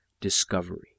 discovery